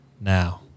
now